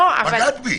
פגעת בי.